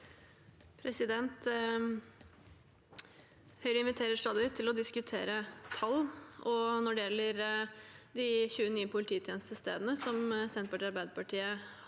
Høyre inviterer stadig til å diskutere tall. Når det gjelder de 20 nye polititjenestestedene Senterpartiet og Arbeiderpartiet